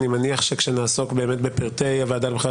אני מניח שכשנעסוק באמת בפרטי הוועדה לבחירת